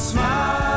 Smile